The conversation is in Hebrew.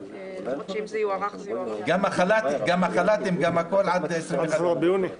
גם החל"תים, גם הכול עד 21 ביוני.